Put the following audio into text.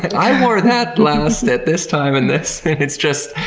i wore that last at this time and this, and it's just,